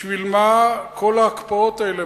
בשביל מה כל ההקפאות האלה,